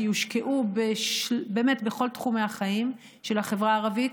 שיושקעו באמת בכל תחומי החיים של החברה הערבית.